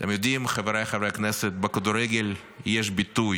אתם יודעים, חבריי חברי הכנסת, בכדורגל יש ביטוי